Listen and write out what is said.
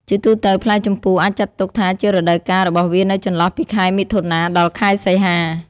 ជាទូទៅ ផ្លែជម្ពូអាចចាត់ទុកថាជារដូវកាលរបស់វានៅចន្លោះពី ខែមិថុនា ដល់ ខែសីហា។